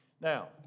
Now